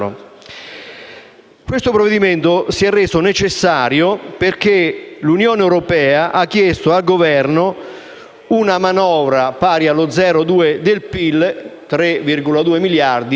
Questo provvedimento si è reso necessario perché l'Unione europea ha chiesto al Governo una manovra pari allo 0,2 per cento del PIL (3,2 miliardi) per